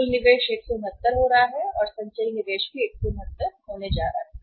कुल निवेश 169 हो रहा है और संचयी निवेश भी है 169 होने जा रहा है